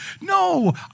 no